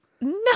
No